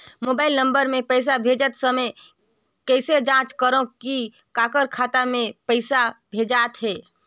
Mobile number मे पइसा भेजे समय कइसे जांच करव की काकर खाता मे पइसा भेजात हे?